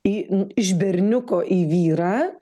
į iš berniuko į vyrą